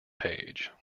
page